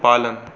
पालन